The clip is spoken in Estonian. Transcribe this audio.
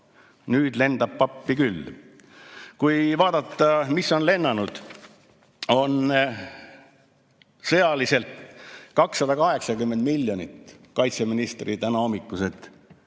Nüüd lendab pappi küll. Vaatame, mis on lennanud – on sõjaliselt 280 miljonit kaitseministri tänahommikuste